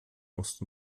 ost